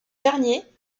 dernier